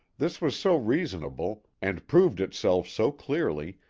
this was so reasonable, and proved itself so clearly,